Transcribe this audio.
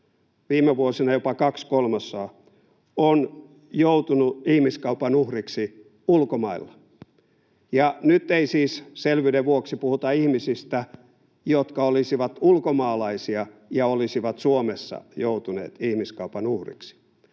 viime vuosina jopa kaksi kolmasosaa, on joutunut ihmiskaupan uhriksi ulkomailla. Ja nyt ei siis, selvyyden vuoksi, puhuta ihmisistä, jotka olisivat ulkomaalaisia ja olisivat Suomessa joutuneet ihmiskaupan uhreiksi.